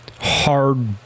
hard